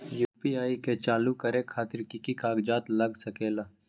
UPI के चालु करे खातीर कि की कागज़ात लग सकेला?